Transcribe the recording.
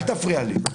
אל תפריע לי.